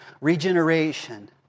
regeneration